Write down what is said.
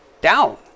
down